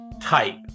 type